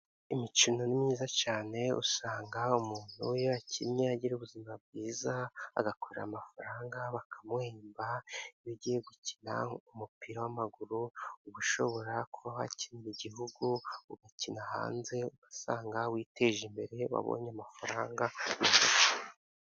Imikino ni myiza cyane usanga umuntu iyo yakinnye agira ubuzima bwiza, agakorera amafaranga bakamuhemba, iyo ugiye gukina umupira w'amaguru uba ushobora kuba wakinira gihugu, ugakina hanze ugasanga witeje imbere, wabonye amafaranga menshi.